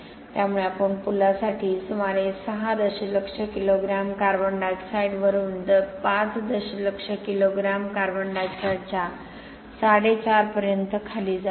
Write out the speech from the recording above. त्यामुळे आपण पुलासाठी सुमारे 6 दशलक्ष किलोग्रॅम कार्बन डायॉक्साइड वरून 5 दशलक्ष किलोग्राम कार्बन डायॉक्साइडच्या साडेचारापर्यंत खाली जातो